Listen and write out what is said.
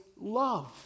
love